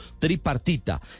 tripartita